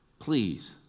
Please